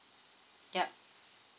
yup